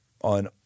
on